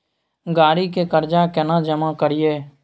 गाड़ी के कर्जा केना जमा करिए?